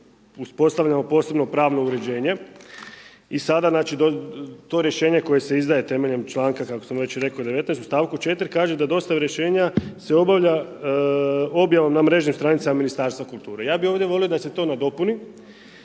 uspostavljamo posebno pravno uređenje i sada znači to rješenje koje se izdaje temeljem članka 19 u stavku 4 kaže da dostave rješenja se obavlja objavom na mrežnim stranicama Ministarstva kulture. Ja bih ovdje volio da se to nadopuni,